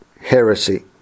heresy